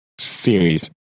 series